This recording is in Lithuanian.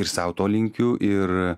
ir sau to linkiu ir a